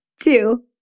Two